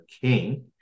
king